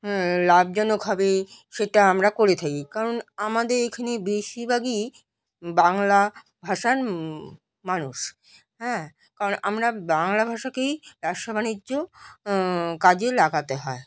হ্যাঁ লাভজনক হবে সেটা আমরা করে থাকি কারণ আমাদের এখানে বেশিরভাগই বাংলা ভাষার মানুষ হ্যাঁ কারণ আমরা বাংলা ভাষাকেই ব্যবসা বাণিজ্য কাজে লাগাতে হয়